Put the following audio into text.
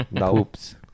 oops